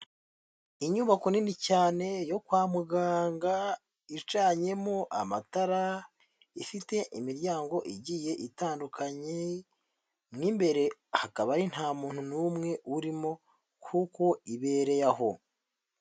Inyubako nini cyane yo kwa muganga, icanyemo amatara ifite imiryango igiye itandukanye, mo imbere hakaba ari nta muntu n'umwe urimo kuko ibereye aho.